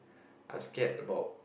I'm scared about